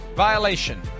violation